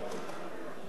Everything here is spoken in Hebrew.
בבקשה.